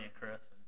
Chris